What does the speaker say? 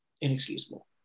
inexcusable